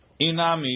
Inami